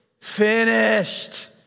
finished